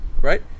right